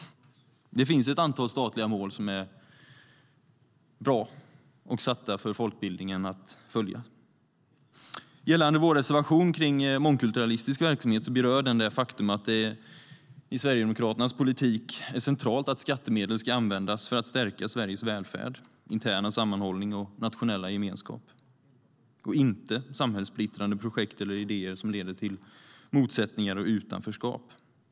Det finns ett antal statliga mål som är bra och som är satta för folkbildningen att följa. Vår reservation kring mångkulturalistisk verksamhet berör det faktum att det i Sverigedemokraternas politik är centralt att skattemedel ska användas för att stärka Sveriges välfärd, interna sammanhållning och nationella gemenskap och inte samhällssplittrande projekt eller idéer som leder till motsättningar och utanförskap.